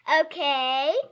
Okay